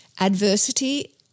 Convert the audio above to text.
Adversity